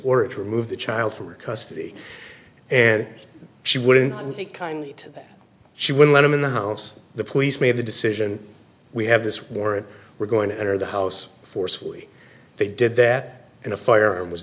to remove the child from custody and she wouldn't take kindly to that she would let him in the house the police made the decision we have this war and we're going to enter the house forcefully they did that in a fire and was